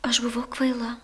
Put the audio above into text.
aš buvau kvaila